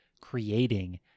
creating